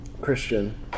Christian